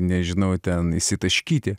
nežinau ten išsitaškyti